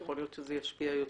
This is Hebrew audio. יכול להיות שזה ישפיע יותר.